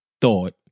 thought